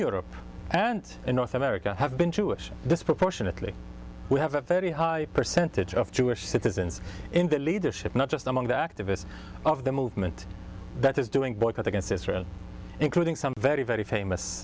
europe and in north america have been jewish disproportionately we have a very high percentage of jewish citizens in the leadership not just among the activists of the movement that is doing boycott against israel including some very very famous